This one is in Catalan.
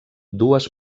dues